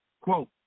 quote